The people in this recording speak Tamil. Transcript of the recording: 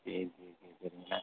சரி சரி சரி சரிங்கண்ண